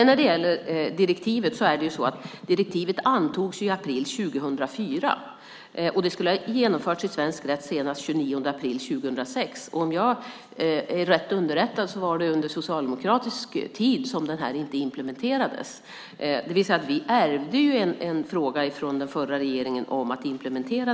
När det gäller direktivet vill jag framhålla att det antogs i april 2004. Det skulle ha genomförts i svensk rätt senast den 29 april 2006. Om jag är rätt underrättad var det under socialdemokratisk regeringstid som detta inte implementerades. Vi ärvde alltså denna fråga från den förra regeringen.